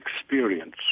experience